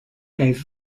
gave